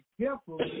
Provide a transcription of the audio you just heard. careful